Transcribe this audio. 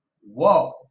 Whoa